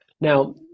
Now